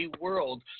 world